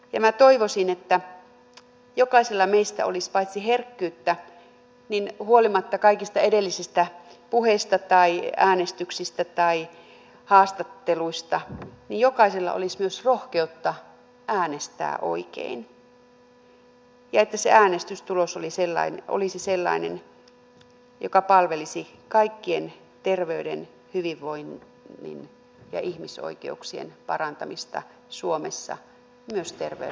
minä toivoisin että jokaisella meistä olisi paitsi herkkyyttä huolimatta kaikista edellisistä puheista tai äänestyksistä tai haastatteluista myös rohkeutta äänestää oikein ja että se äänestystulos olisi sellainen joka palvelisi kaikkien terveyden hyvinvoinnin ja ihmisoikeuksien parantamista suomessa myös terveydenhuollossa